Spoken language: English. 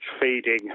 feeding